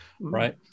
right